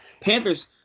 Panthers